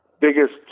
biggest